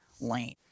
lane